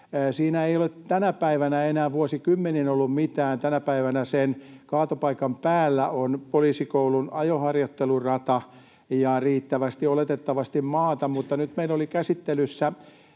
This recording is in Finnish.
Siinä ei ole tänä päivänä enää vuosikymmeniin ollut mitään. Tänä päivänä sen kaatopaikan päällä on poliisikoulun ajoharjoittelurata ja riittävästi oletettavasti maata. Mutta nyt meillä oli käsittelyssä